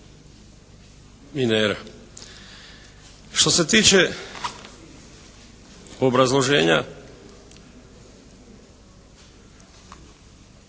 minera. Što se tiče obrazloženja